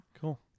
Cool